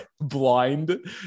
blind